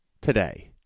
today